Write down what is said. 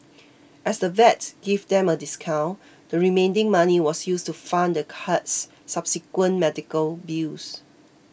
as the vet gave them a discount the remaining money was used to fund the cat's subsequent medical bills